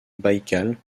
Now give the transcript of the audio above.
baïkal